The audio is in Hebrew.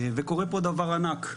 וקורה פה דבר ענק.